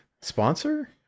sponsor